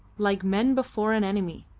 like men before an enemy.